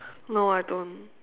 no I don't